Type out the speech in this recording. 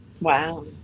Wow